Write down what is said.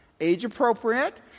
Age-appropriate